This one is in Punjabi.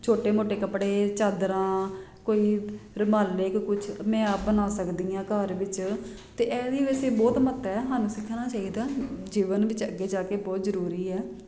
ਛੋਟੇ ਮੋਟੇ ਕੱਪੜੇ ਚਾਦਰਾਂ ਕੋਈ ਰੁਮਾਲੇ ਕੋਈ ਕੁਛ ਮੈਂ ਆਪ ਬਣਾ ਸਕਦੀ ਹਾਂ ਘਰ ਵਿੱਚ ਅਤੇ ਇਹਦੀ ਵੈਸੇ ਬਹੁਤ ਮਹੱਤਤਾ ਹੈ ਸਾਨੂੰ ਸਿੱਖਣਾ ਚਾਹੀਦਾ ਜੀਵਨ ਵਿੱਚ ਅੱਗੇ ਜਾ ਕੇ ਬਹੁਤ ਜ਼ਰੂਰੀ ਹੈ